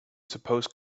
suppose